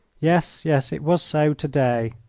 yes, yes, it was so to-day,